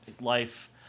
life